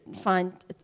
find